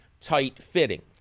tight-fitting